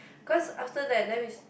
cause after that then is